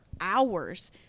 hours